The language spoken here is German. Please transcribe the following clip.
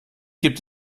gibt